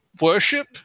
worship